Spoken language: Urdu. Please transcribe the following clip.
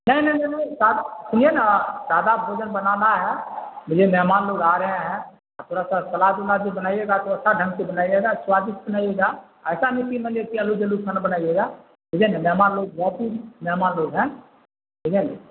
نہیں نہیں نہیں نہیں سادہ سنیے نا سادہ بھوجن بنانا ہے مہمان لوگ آ رہے ہیں اور تھورا سا سلاد الاد بھی بنائیے گا تو اچھا ڈھنگ سے بنائیے سواڈشٹ بنائیے گا ایسا نہیں کہ مان لیجیے کہ للول جلول کھا بنائیے گا نا مہمان لوگ بہت ہی مہمان لوگ ہیں سمجھے نہیں